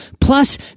Plus